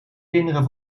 kinderen